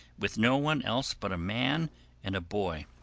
with no one else but a man and a boy.